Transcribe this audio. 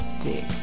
Dick